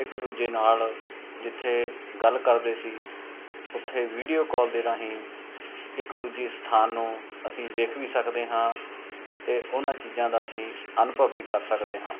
ਇੱਕ ਦੂਜੇ ਨਾਲ ਜਿੱਥੇ ਗੱਲ ਕਰਦੇ ਸੀ ਉੱਥੇ ਵੀਡੀਓ ਕੋਲ ਦੇ ਰਾਹੀਂ ਇੱਕ ਦੂਜੇ ਸਥਾਨ ਨੂੰ ਅਸੀਂ ਵੇਖ ਵੀ ਸਕਦੇ ਹਾਂ ਅਤੇ ਉਹਨਾਂ ਚੀਜ਼ਾਂ ਦਾ ਅਸੀਂ ਅਨੁਭਵ ਵੀ ਕਰ ਸਕਦੇ ਹਾਂ